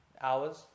hours